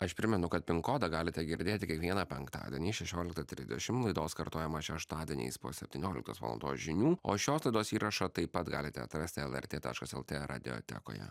aš primenu kad pin kodą galite girdėti kiekvieną penktadienį šešioliktą trisdešim laidos kartojimą šeštadieniais po septynioliktos valandos žinių o šios laidos įrašą taip pat galite atrasti lrt taškas lt radiotekoje